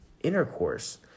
intercourse